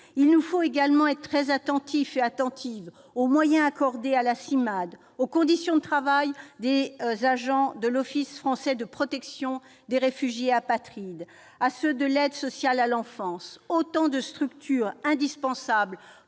Il nous faut également être très attentifs aux moyens accordés à la Cimade et aux conditions de travail des agents de l'Office français de protection des réfugiés et apatrides et de ceux de l'aide sociale à l'enfance. Toutes ces structures sont indispensables